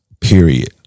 period